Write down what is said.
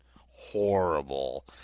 horrible